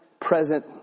present